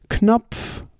Knopf